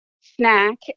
snack